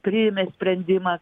priėmė sprendimą